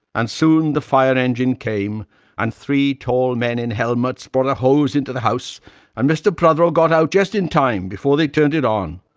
and soon the fire engine came and three tall men in helmets brought a hose into the house and mr. prothero got out just in time before they turned it on.